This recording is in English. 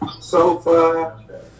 sofa